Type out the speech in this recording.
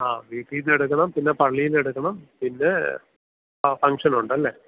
ആ വീട്ടിനെടുക്കണം പിന്നെ പള്ളീന്നെടുക്കണം പിന്നെ ആ ഫംഗ്ഷനുണ്ടല്ലേ